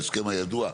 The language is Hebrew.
ההסכם הידוע,